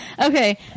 Okay